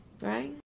right